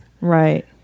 right